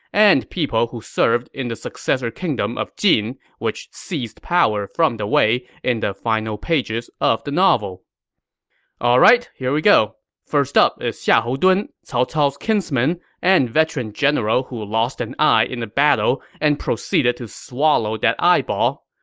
and people who served in the successor kingdom of jin, which seized power from the wei in the final pages of the novel alright, here we go. first up is xiahou dun, cao cao's kinsman and veteran general who lost an eye in a battle and proceeded to swallow that eyeball.